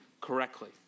correctly